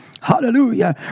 hallelujah